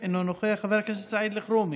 נוכחת, חברת הכנסת מירב בן ארי,